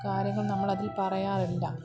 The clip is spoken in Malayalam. കാര്യങ്ങൾ നമ്മളതിൽ പറയാറില്ല